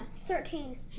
Thirteen